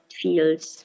feels